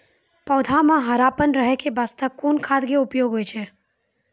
पौधा म हरापन रहै के बास्ते कोन खाद के उपयोग होय छै?